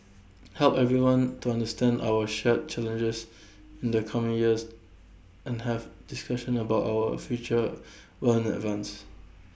help everyone to understand our shared challenges in the coming years and have discussions about our future well in advance